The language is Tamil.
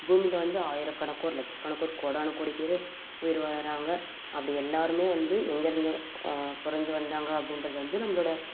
பூமியில் வந்து ஆயிரக்கணக்கோர் லச்சகணக்கோர் கோடான கோடி பேர் உயிர் வாழுறாங்க அப்படி எல்லோருமே வந்து எங்கே இருந்தோ பிறந்து வந்தாங்க அப்படின்றது வந்து நம்மளோடய